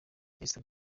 esther